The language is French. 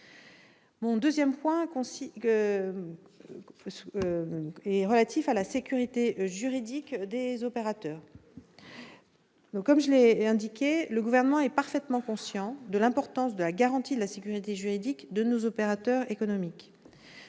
Le deuxième sujet a trait à la sécurité juridique des opérateurs. Comme je l'ai indiqué, le Gouvernement est parfaitement conscient de l'importance de garantir la sécurité juridique de nos opérateurs économiques.